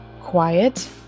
quiet